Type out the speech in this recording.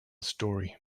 story